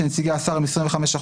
כשנציגי השר הם 25%,